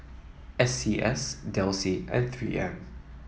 S C S Delsey and Three M